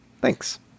Thanks